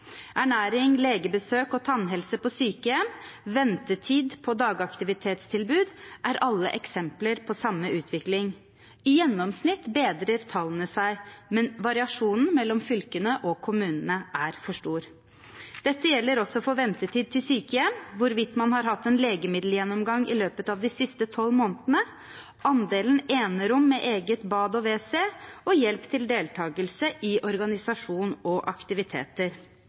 Ernæring, legebesøk, tannhelse på sykehjem og ventetid på dagaktivitetstilbud er alle eksempler på samme utvikling. I gjennomsnitt bedrer tallene seg, men variasjonen mellom fylkene og kommunene er for stor. Dette gjelder også for ventetid til sykehjem, hvorvidt man har hatt en legemiddelgjennomgang i løpet av de siste tolv månedene, andelen enerom med eget bad og WC og hjelp til deltakelse i organisasjoner og aktiviteter.